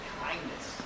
kindness